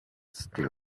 still